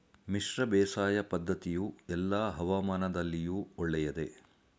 ಮಿಶ್ರ ಬೇಸಾಯ ಪದ್ದತಿಯು ಎಲ್ಲಾ ಹವಾಮಾನದಲ್ಲಿಯೂ ಒಳ್ಳೆಯದೇ?